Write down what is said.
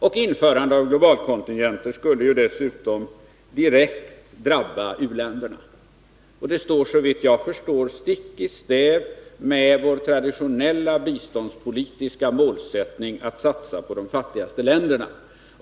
Ett införande av globalkontingenter skulle dessutom direkt drabba uländerna. Detta går, såvitt jag förstår, stick i stäv mot vår traditionella biståndspolitiska målsättning att satsa på de fattigaste länderna.